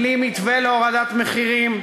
בלי מתווה להורדת מחירים?